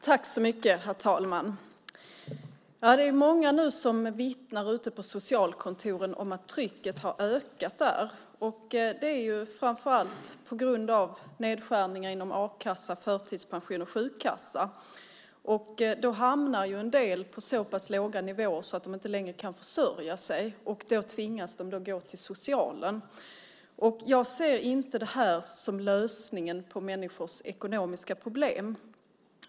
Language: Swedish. Herr talman! Det är många ute på socialkontoren som nu vittnar om att trycket har ökat, framför allt på grund av nedskärningar inom a-kassa, förtidspension och sjukkassa. Då hamnar ju en del på så pass låga nivåer att de inte längre kan försörja sig. De tvingas då gå till socialen. Jag ser inte det här som lösningen på människors ekonomiska problem.